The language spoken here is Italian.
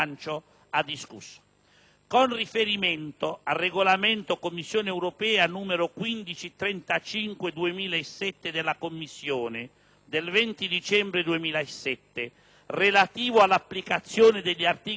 «Con riferimento al Regolamento (CE) n. 1535/2007 della Commissione, del 20 dicembre 2007, relativo all'applicazione degli articoli 87 e 88